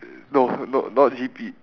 no no not G_P